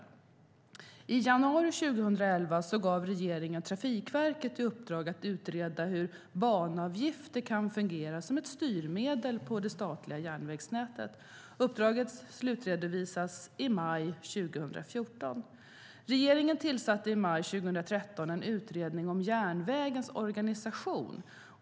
I januari 2011 gav regeringen Trafikverket i uppdrag att utreda hur banavgifter kan fungera som ett styrmedel på det statliga järnvägsnätet. Uppdraget slutredovisas i maj 2014. Regeringen tillsatte i maj 2013 en utredning om järnvägens organisation.